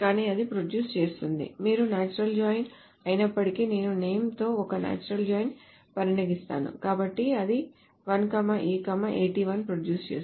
కానీ అది ప్రొడ్యూస్ చేస్తుంది మీరు నాచురల్ జాయిన్ అయినప్పటికీ నేను name తో ఒక నాచురల్ జాయిన్ను పరిగణిస్తున్నాను కాబట్టి అది 1 A 81 ప్రొడ్యూస్ చేస్తుంది